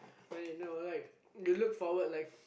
when you know like you look forward like